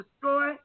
destroy